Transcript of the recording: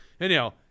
anyhow